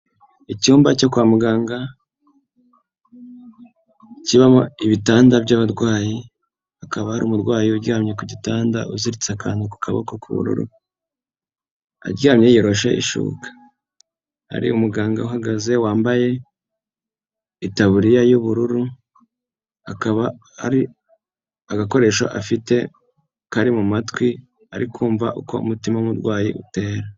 Icyumba cyo kwa muganga, kiba ibitanda by'abarwayi, hakaba hari umurwayi uryamye ku gitanda uziritse akantu ku kaboko, aryamye yoroshe ishuka, hari umuganga uhagaze wambaye itaburiya y'ubururu, akaba ari agakoresho afite kari mu matwi ari kumva uko umutima w'umurwayi utera.